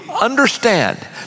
understand